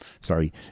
sorry